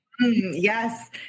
Yes